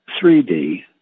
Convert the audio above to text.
3D